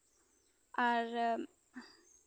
ᱟᱨ